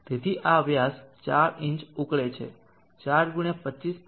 તેથી આ વ્યાસ 4 ઇંચ ઉકળે છે 4 x 25